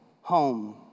home